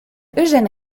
eugène